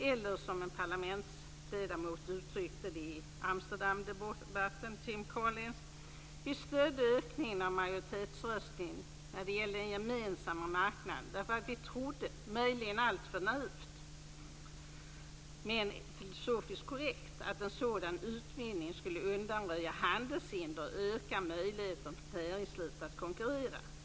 Eller som parlamentsledamoten Tim Collins uttryckte det i Amsterdamdebatten: Vi stödde ökningen av majoritetsröstning när det gällde den gemensamma marknaden därför att vi trodde, möjligen alltför naivt, men filosofiskt korrekt, att en sådan utvidgning skulle undanröja handelshinder och öka möjligheterna för näringslivet att konkurrera.